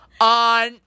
on